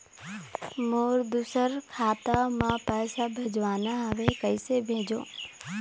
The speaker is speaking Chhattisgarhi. मोर दुसर खाता मा पैसा भेजवाना हवे, कइसे भेजों?